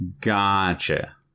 Gotcha